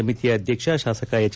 ಸಮಿತಿಯ ಅಧ್ಯಕ್ಷ ಶಾಸಕ ಎಚ್